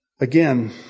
Again